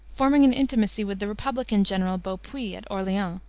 forming an intimacy with the republican general, beaupuis, at orleans,